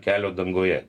kelio dangoje